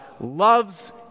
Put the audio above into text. loves